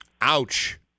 Ouch